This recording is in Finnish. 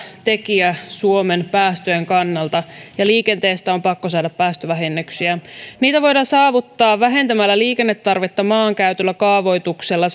tekijä suomen päästöjen kannalta ja liikenteestä on pakko saada päästövähennyksiä niitä voidaan saavuttaa vähentämällä liikennetarvetta maankäytöllä ja kaavoituksella